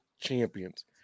champions